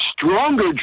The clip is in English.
stronger